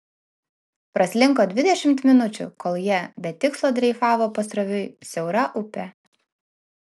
praslinko dvidešimt minučių kol jie be tikslo dreifavo pasroviui siaura upe